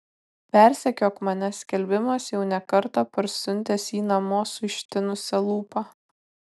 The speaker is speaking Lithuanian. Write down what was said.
persekiok mane skelbimas jau ne kartą parsiuntęs jį namo su ištinusia lūpa